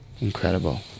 Incredible